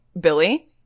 Billy